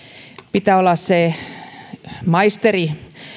pitää olla maisteri jos